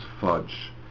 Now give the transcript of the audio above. fudge